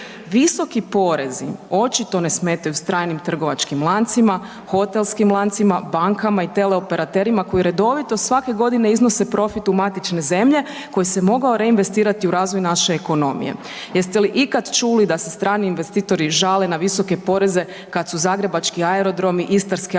Visoki porezi očito ne smetaju stranim trgovačkim lancima, hotelskim, lancima, bankama i teleoperaterima koji redovito svake godine iznose profit u matične zemlje koji se mogao reinvestirati u razvoj naše ekonomije. Jeste li ikad čuli da se strani investitori žale na visoke poreze kad su zagrebački aerodromi, istarske autoceste